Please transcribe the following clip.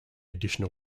additional